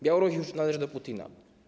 Białoruś już należy do Putina.